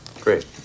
Great